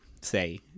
say